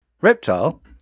Reptile